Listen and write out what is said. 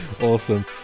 Awesome